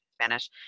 Spanish